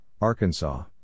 Arkansas